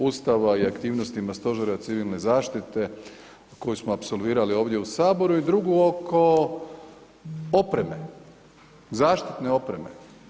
Ustava i aktivnostima stožera civilne zaštite koju smo apsolvirali ovdje u saboru i drugu oko opreme, zaštitne opreme.